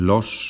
Los